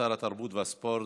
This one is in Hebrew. שר התרבות והספורט,